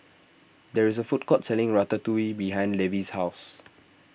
there is a food court selling Ratatouille behind Levie's house